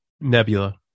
Nebula